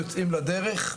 יוצאים לדרך,